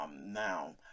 now